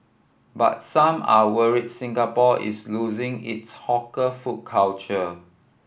but some are worried Singapore is losing its hawker food culture